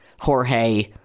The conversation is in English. Jorge